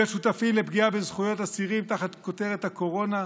להיות שותפים לפגיעה בזכויות אסירים תחת כותרת הקורונה?